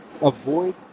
Avoid